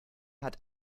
hat